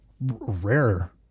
rare